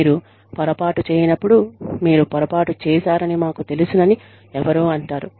మీరు పొరపాటు చేయనప్పుడు మీరు పొరపాటు చేశారని మాకు తెలుసని ఎవరో అంటారు